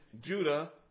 Judah